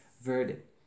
Verdict